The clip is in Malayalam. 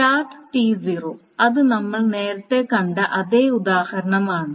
സ്റ്റാർട്ട് T0 ഇത് നമ്മൾ നേരത്തെ കണ്ട അതേ ഉദാഹരണമാണ്